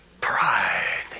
pride